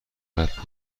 قطع